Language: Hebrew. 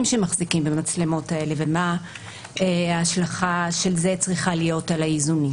שמחזיקים במצלמות האלה ומה ההשלכה של זה על האיזונים.